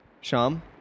Sham